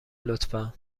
لطفا